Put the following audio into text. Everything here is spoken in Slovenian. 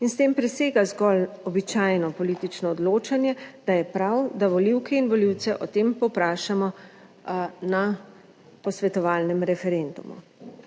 in s tem presega zgolj običajno politično odločanje, da je prav, da volivke in volivce o tem povprašamo na posvetovalnem referendumu.